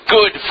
Good